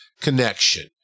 connection